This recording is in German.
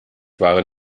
waren